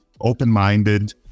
open-minded